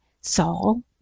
Saul